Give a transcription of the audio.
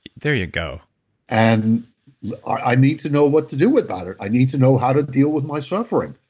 there you go and i need to know what to do with about it. i need to know how to deal with my suffering.